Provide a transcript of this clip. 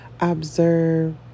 observe